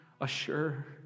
assure